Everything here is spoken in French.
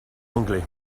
anglais